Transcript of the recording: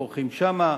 מורחים שם,